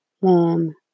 warm